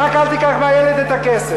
רק אל תיקח מהילד את הכסף.